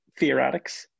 theoretics